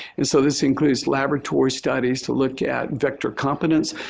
and so this increases laboratory studies to look at vector competence,